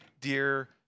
dear